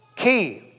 Key